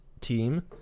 team